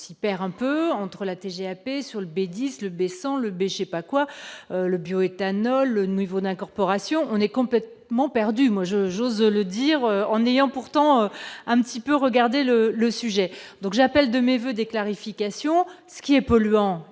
s'perd un peu entre la TGAP sur le B 10 le baissant le B chez pas quoi le bioéthanol le niveau d'incorporation, on est complètement perdue, moi je, j'ose le dire, en ayant pourtant un petit peu regardé le le sujet donc j'appelle de mes voeux des clarifications, ce qui est polluant,